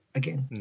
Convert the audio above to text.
again